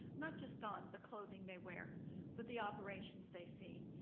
not just on the clothing they wear but the operations they see,